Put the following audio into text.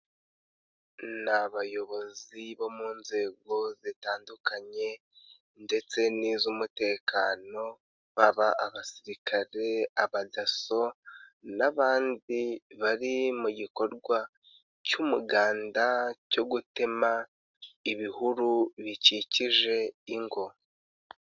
Ni abayobozi bo mu nzego zitandukanye, ndetse n'iz'umutekano, baba abasirikare, aba daso, n'abandi bari mu gikorwa cy'umuganda cyo gutema ibihuru bikikije ingo.